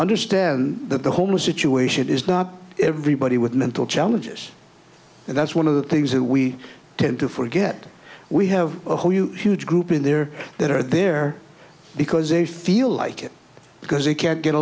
understand that the homeless situation is not everybody with mental challenges and that's one of the things that we tend to forget we have a whole new huge group in there that are there because a feel like it because they can't get